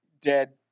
dead